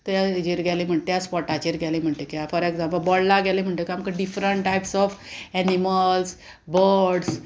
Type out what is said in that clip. तें हेर गेले म्हण त्या स्पोटाचेर गेले म्हणटकच फॉर एग्जांपल बोंडला गेले म्हणटकच आमकां different types of animals birds